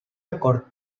acord